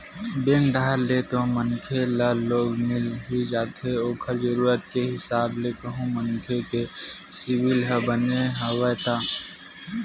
bank डाहर ले तो मनखे ल लोन मिल ही जाथे ओखर जरुरत के हिसाब ले कहूं मनखे के सिविल ह बने हवय ता